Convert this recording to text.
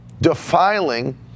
Defiling